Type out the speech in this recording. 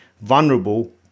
vulnerable